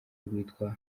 rwitwa